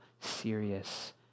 serious